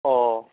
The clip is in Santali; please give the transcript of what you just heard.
ᱚᱻ